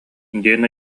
диэн